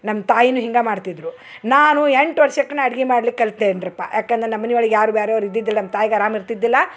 ನಮ್ಮ ತಾಯಿನು ಹಿಂಗೆ ಮಾಡ್ತಿದ್ದರು ನಾನು ಎಂಟು ವರ್ಷಕ್ನ ಅಡಿಗಿ ಮಾಡ್ಲಿಕ್ಕೆ ಕಲ್ತೇನ್ರಪ್ಪ ಯಾಕಂದ್ರ ನಮ್ಮನೆ ಒಳಗೆ ಯಾರು ಬ್ಯಾರವ್ರ ಇದ್ದಿದ್ದಿಲ್ಲ ನಮ್ಮ ತಾಯಿಗೆ ಅರಾಮು ಇರ್ತಿದ್ದಿಲ್ಲಾ